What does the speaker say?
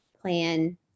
plan